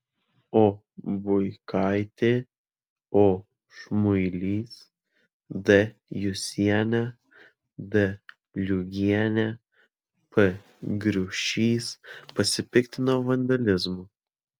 o buikaitė o šmuilys d jusienė d liugienė p griušys pasipiktino vandalizmu